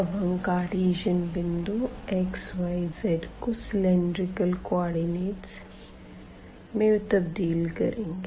अब हम कार्टीज़न बिंदु xyz को सिलेंडरिकल कोऑर्डिनेट में तब्दील करते है